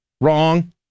Wrong